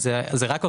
זה רק בפריפריה.